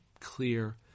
clear